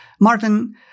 Martin